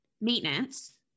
maintenance